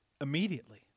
immediately